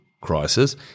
crisis